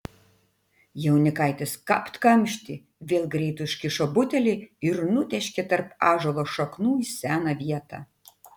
jaunikaitis kapt kamštį vėl greit užkišo butelį ir nutėškė tarp ąžuolo šaknų į seną vietą